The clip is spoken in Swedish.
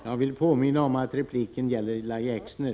Jag vill påminna om att repliken gäller Lahja Exner.